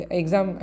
exam